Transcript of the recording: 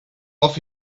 off